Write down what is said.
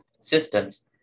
systems